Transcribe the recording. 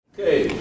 Okay